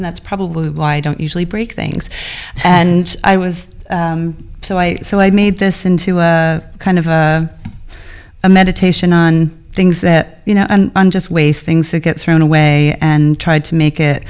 and that's probably why i don't usually break things and i was so i so i made this into a kind of a meditation on things that you know just waste things that get thrown away and tried to make it